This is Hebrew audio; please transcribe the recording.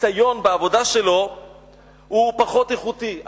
ניסיון בעבודה שלו הוא פחות איכותי.